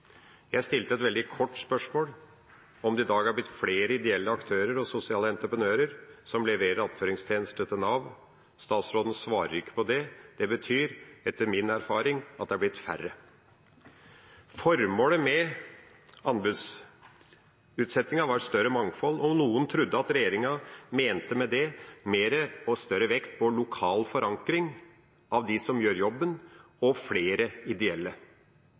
Jeg stilte et veldig kort spørsmål, om det i dag har blitt flere ideelle aktører og sosiale entreprenører som leverer attføringstjenester til Nav. Statsråden svarer ikke på det. Det betyr etter min erfaring at det er blitt færre. Formålet med anbudsutsettingen var større mangfold, og noen trodde at regjeringa med det mente mer og større vekt på lokal forankring av de som gjør jobben – og flere ideelle.